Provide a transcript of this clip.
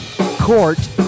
court